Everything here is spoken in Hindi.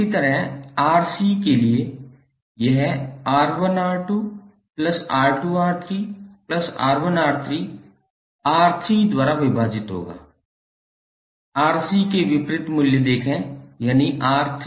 इसी तरह Rc के लिए यह 𝑅1𝑅2𝑅2𝑅3𝑅1𝑅3 R3 द्वारा विभाजित होगा Rc के विपरीत मूल्य देखें यानी R3